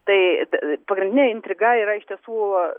tai t pagrindinė intriga yra iš tiesų